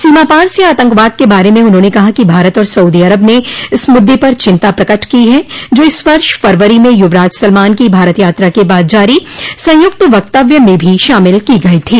सीमापार से आंतकवाद के बारे में उन्होंने कहा कि भारत और सऊदो अरब ने इस मुद्दे पर चिंता प्रकट की है जो इस वर्ष फरवरी में युवराज सलमान की भारत यात्रा र्क बाद जारी संयुक्त वक्तव्य में भी शामिल की गई थी